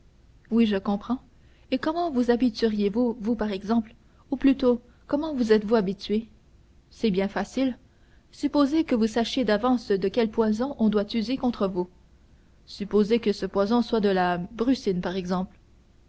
oui je comprends et comment vous habitueriez vous vous par exemple ou plutôt comment vous êtes-vous habitué c'est bien facile supposez que vous sachiez d'avance de quel poison on doit user contre vous supposez que ce poison soit de la brucine exemple